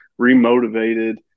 Remotivated